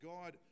God